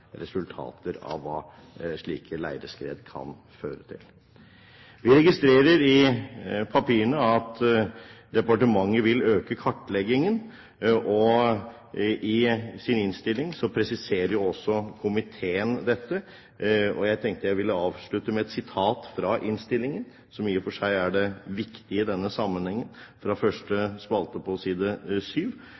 resultater av hva slike leirskred kan føre til. Vi registrerer i papirene at departementet vil øke kartleggingen. I sin innstilling presiserer også komiteen dette. Jeg tenkte jeg ville avslutte med et sitat fra innstillingen, som i og for seg er det viktige i denne sammenhengen, fra første spalte på side